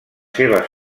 seves